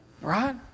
Right